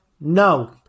no